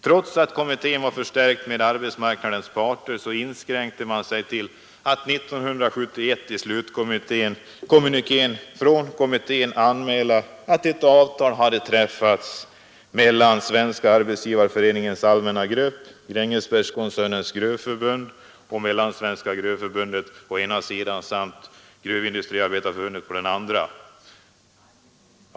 Trots att kommittén var förstärkt med arbetsmarknadens parter inskränkte man sig till att i slutkommunikén 1971 anmäla att ett avtal hade träffats mellan Svenska arbetsgivareföreningens allmänna grupp, Grängesbergskoncernens gruvförbund och Mellansvenska gruvförbundet, å ena, samt Gruvindustriarbetareförbundet, å andra sidan.